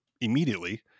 immediately